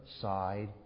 side